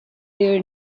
their